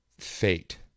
Fate